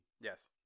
Yes